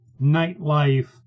nightlife